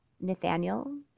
Nathaniel